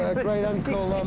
great uncle